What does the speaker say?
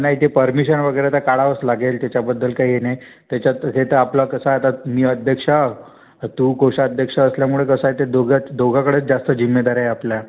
नाही ते परमिशन वगैरे तर काढावंच लागेल त्याच्याबद्दल काही हे नाही त्याच्यात हे तर आपलं कसं आहे आता मी अध्यक्ष तू कोषाध्यक्ष असल्यामुळे कसं आहे ते दोघंच दोघाकडेच जास्त जिम्मेदाऱ्या आहे आपल्या